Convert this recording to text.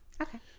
Okay